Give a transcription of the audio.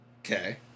Okay